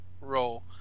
role